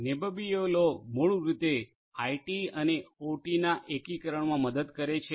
Nebbiolo મૂળરૂપે IT અને ઓટીના આ એકીકરણમાં મદદ કરે છે